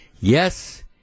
Yes